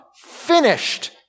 Finished